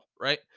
right